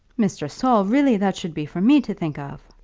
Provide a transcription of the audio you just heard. mr. saul, really that should be for me to think of.